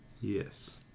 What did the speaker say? Yes